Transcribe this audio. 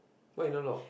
why you don't lock